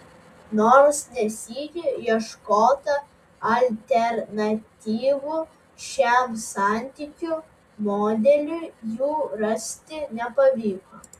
nors ne sykį ieškota alternatyvų šiam santykių modeliui jų rasti nepavyko